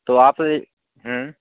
तो आप